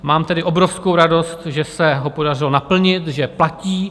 Mám tedy obrovskou radost, že se ho podařilo naplnit, že platí.